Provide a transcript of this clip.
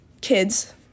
kids